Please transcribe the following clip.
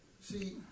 See